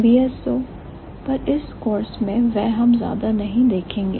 VSO पर इस course में वह हम ज्यादा नहीं देखेंगे